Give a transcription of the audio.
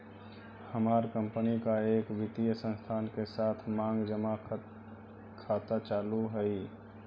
हमार कंपनी का एक वित्तीय संस्थान के साथ मांग जमा खाता चालू हई